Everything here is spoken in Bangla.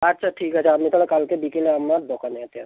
আচ্ছা ঠিক আছে আপনি তাহলে কালকে বিকেলে আমার দোকানেতে